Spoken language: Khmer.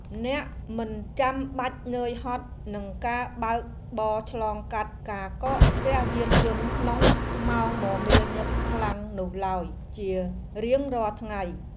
អ្នកមិនចាំបាច់នឿយហត់នឹងការបើកបរឆ្លងកាត់ការកកស្ទះយានយន្តក្នុងម៉ោងមមាញឹកខ្លាំងនោះឡើយជារៀងរាល់ថ្ងៃ។